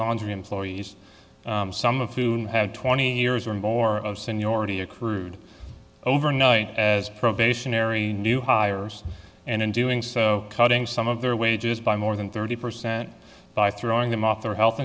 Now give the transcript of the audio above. laundry employees some of whom had twenty years or more of seniority accrued over night as probationary new hires and in doing so cutting some of their wages by more than thirty percent by throwing them off their health